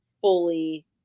fully